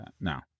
No